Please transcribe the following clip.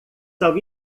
são